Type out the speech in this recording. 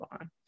on